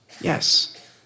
Yes